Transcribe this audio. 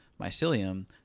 mycelium